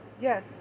yes